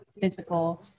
physical